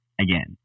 again